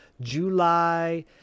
July